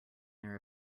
their